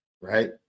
right